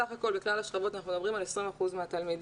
בסך הכול בכלל השכבות אנחנו מדברים על 20 אחוזים מהתלמידים.